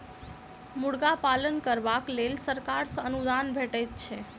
मुर्गा पालन करबाक लेल सरकार सॅ अनुदान भेटैत छै